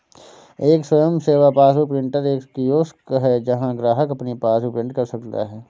एक स्वयं सेवा पासबुक प्रिंटर एक कियोस्क है जहां ग्राहक अपनी पासबुक प्रिंट कर सकता है